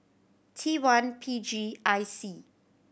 T one P G I C